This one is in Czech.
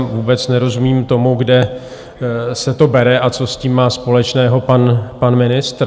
Vůbec nerozumím tomu, kde se to bere a co s tím má společného pan ministr.